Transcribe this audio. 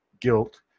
guilt